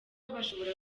ashobora